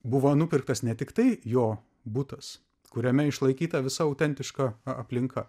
buvo nupirktas ne tiktai jo butas kuriame išlaikyta visa autentiška aplinka